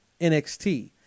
NXT